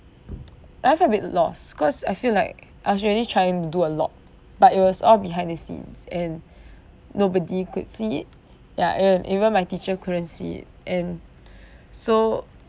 I felt a bit lost cause I feel like I really do a lot but it was all behind the scenes and nobody could see it ya and even my teacher couldn't see it and so